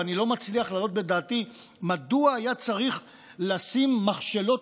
ואני לא מצליח להעלות בדעתי מדוע היה צריך לשים מכשלות